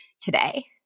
today